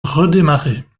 redémarrer